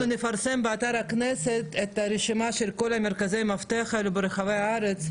אנחנו נפרסם באתר הכנסת את הרשימה של כל מרכזי המפתח האלה ברחבי הארץ.